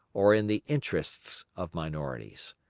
or in the interests of minorities.